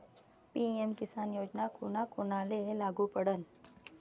PM Kisan योजना कोना कोनाले लागू पडन?